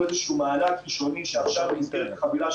בלי קשר למענה הפיסקלי הנוסף שעושים ובלי קשר לכסף הנוסף